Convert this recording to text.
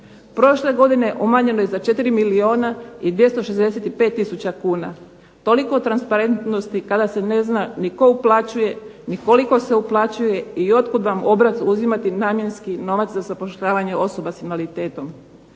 Prošle godine umanjeno je za 4 milijuna i 265000 kuna. Toliko transparentnosti kada se ne zna ni tko uplaćuje ni koliko se uplaćuje i otkud vam obraz uzimati namjenski novac za zapošljavanje osoba sa invaliditetom.